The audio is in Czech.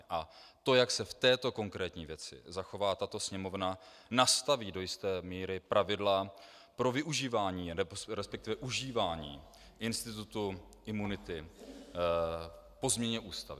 A to, jak se v této konkrétní věci zachová tato Sněmovna, nastaví do jisté míry pravidla pro využívání resp. užívání institutu imunity po změně Ústavy.